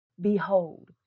Behold